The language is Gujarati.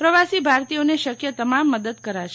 પ્રવાસી ભારતીયોને શક્ય તમામ મદદ કરાશે